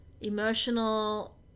emotional